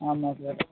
ஆமாம் சார்